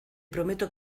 prometo